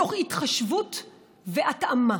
מתוך התחשבות והתאמה,